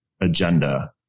agenda